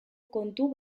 kontu